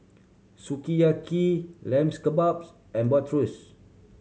Sukiyaki Lamb Kebabs and Bratwurst